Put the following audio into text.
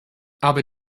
aber